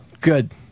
Good